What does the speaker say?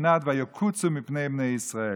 בבחינת "וַיָּקֻצוּ מפני בני ישראל".